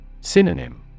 Synonym